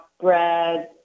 bread